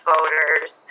Voters